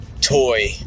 toy